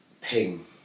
Ping